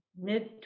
mid